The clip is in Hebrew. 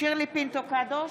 שירלי פינטו קדוש,